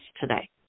today